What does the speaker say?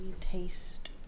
taste